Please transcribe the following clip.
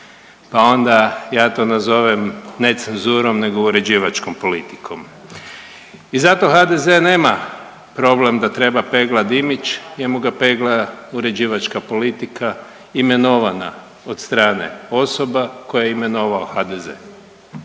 pa onda ja to nazovem necenzurom nego uređivačkom politikom i zato HDZ-e nema problem da treba pegla … /ne razumije se/ … jer mu ga pegla uređivačka politika imenovana od strane osoba koje je imenovao HDZ-e.